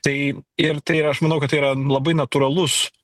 tai ir tai ir aš manau kad tai yra labai natūralus